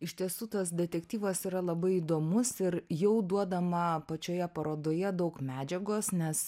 iš tiesų tas detektyvas yra labai įdomus ir jau duodama pačioje parodoje daug medžiagos nes